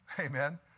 Amen